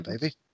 baby